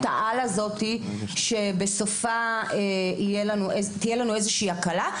העל שבסופה תהיה לנו איזושהי הקלה.